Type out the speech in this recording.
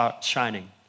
shining